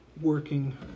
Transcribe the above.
working